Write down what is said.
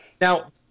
Now